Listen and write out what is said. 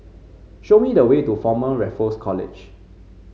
show me the way to Former Raffles College